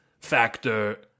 factor